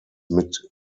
mit